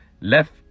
left